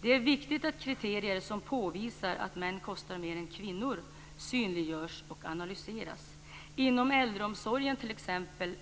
Det är viktigt att kriterier som påvisar att män kostar mer än kvinnor synliggörs och analyseras. Inom t.ex. äldreomsorgen